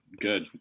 good